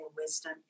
wisdom